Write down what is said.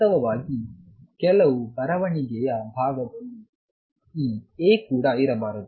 ವಾಸ್ತವವಾಗಿ ಕೆಲವು ಬರವಣಿಗೆಯ ಭಾಗದಲ್ಲಿ ಈ A ಕೂಡ ಇರಬಾರದು